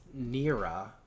nira